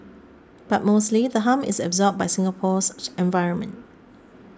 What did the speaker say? but mostly the harm is absorbed by Singapore's environment